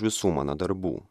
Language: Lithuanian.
visų mano darbų